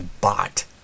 bought